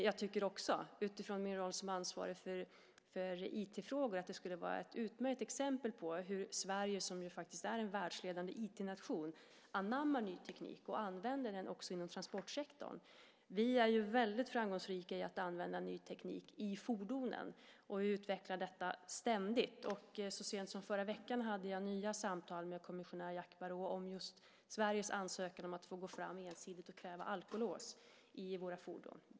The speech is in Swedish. Jag tycker också, utifrån min roll som ansvarig för IT-frågor, att det skulle vara ett utmärkt exempel på hur Sverige, som faktiskt är en världsledande IT-nation, anammar ny teknik och använder den inom transportsektorn. Vi är väldigt framgångsrika i att använda ny teknik i fordonen. Vi utvecklar detta ständigt. Så sent som förra veckan hade jag nya samtal med kommissionär Jacques Barrot om Sveriges ansökan om att få gå fram ensidigt och kräva alkolås i våra fordon.